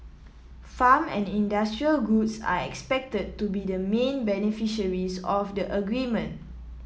farm and industrial goods are expected to be the main beneficiaries of the agreement